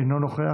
אינו נוכח,